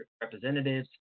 Representatives